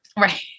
Right